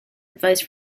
advice